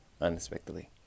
unexpectedly